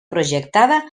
projectada